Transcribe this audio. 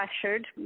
pressured